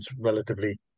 relatively